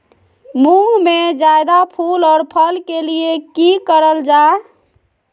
मुंग में जायदा फूल और फल के लिए की करल जाय?